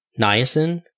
niacin